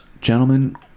gentlemen